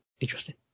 interesting